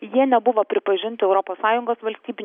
jie nebuvo pripažinti europos sąjungos valstybių